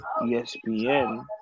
ESPN